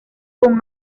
con